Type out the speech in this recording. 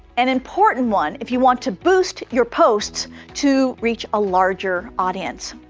an important one if you want to boost your posts to reach a larger audience.